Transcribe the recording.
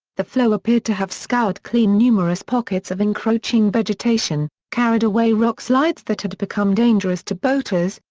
the flow appeared to have scoured clean numerous pockets of encroaching vegetation, carried away rockslides that had become dangerous to boaters,